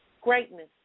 greatness